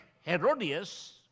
Herodias